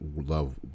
love